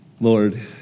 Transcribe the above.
Lord